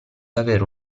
avere